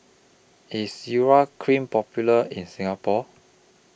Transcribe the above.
IS Urea Cream Popular in Singapore